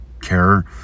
care